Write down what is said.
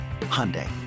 Hyundai